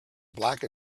black